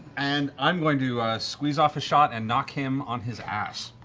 and i'm going to squeeze off a shot and knock him on his ass,